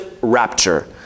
rapture